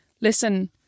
listen